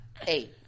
Hey